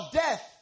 death